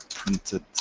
printed.